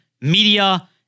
media